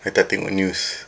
I tak tengok news